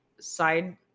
side